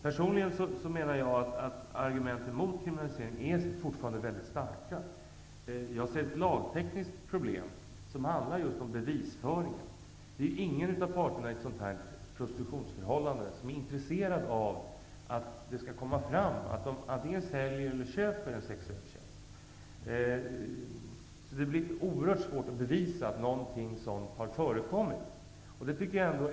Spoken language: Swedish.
Personligen menar jag att argumenten mot kriminalisering fortfarande är mycket starka. Jag ser ett lagtekniskt problem, som handlar om just bevisföringen. Det är ingen av parterna i ett prostitutionsförhållande som är intresserad av att det skall komma fram att han eller hon säljer eller köper en sexuell tjänst. Det blir oerhört svårt att bevisa att något sådant har förekommit.